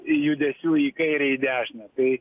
judesių į kairę į dešinę tai